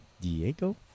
Diego